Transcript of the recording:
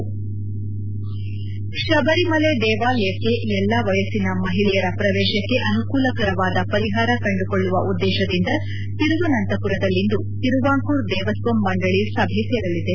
head Sabarimala ದೇವಾಲಯಕ್ಕೆ ವಯಸ್ಸಿನ ಮಹಿಳೆಯರ ಪ್ರವೇಶಕ್ಕೆ ಅನುಕೂಲಕರವಾದ ಪರಿಹಾರ ಕಂಡುಕೊಳ್ಳುವ ಉದ್ದೇಶದಿಂದ ತಿರುವನಂತಪುರದಲ್ಲಿಂದು ತಿರುವಾಂಕುರ್ ದೇವಸ್ವಂ ಮಂಡಳಿ ಸಭೆ ಸೇರಲಿದೆ